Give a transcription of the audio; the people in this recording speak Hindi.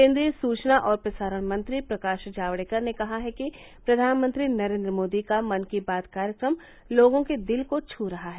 केन्द्रीय सूचना और प्रसारण मंत्री प्रकाश जावडेकर ने कहा है कि प्रधानमंत्री नरेन्द्र मोदी का मन की बात कार्यक्रम लोगों के दिल को छू रहा है